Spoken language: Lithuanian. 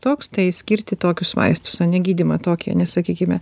toks tai skirti tokius vaistus o ne gydymą tokį nes nesakykime